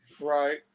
Right